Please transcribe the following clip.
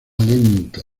lenta